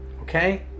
Okay